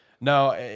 No